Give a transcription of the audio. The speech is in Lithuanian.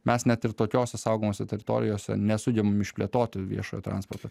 mes net ir tokiose saugomose teritorijose nesugebam išplėtoti viešojo transporto